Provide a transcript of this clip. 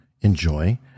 enjoy